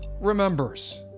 remembers